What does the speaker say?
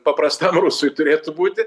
paprastam rusui turėtų būti